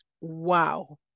Wow